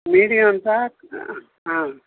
medium ఎంత